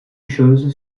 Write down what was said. chose